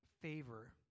favor